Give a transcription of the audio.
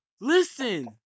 Listen